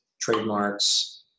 trademarks